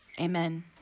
Amen